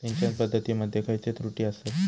सिंचन पद्धती मध्ये खयचे त्रुटी आसत?